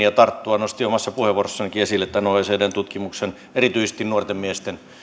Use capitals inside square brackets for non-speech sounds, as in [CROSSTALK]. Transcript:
[UNINTELLIGIBLE] ja siihen tarttua nostin omassa puheenvuorossanikin esille tämän oecdn tutkimuksen erityisesti nuorten miesten